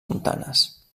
montanes